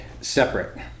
separate